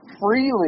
freely